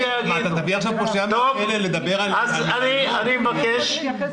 אני מבקש,